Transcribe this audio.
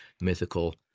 mythical